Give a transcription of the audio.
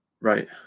Right